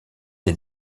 des